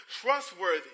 trustworthy